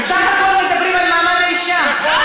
בסך הכול מדברים על מעמד האישה.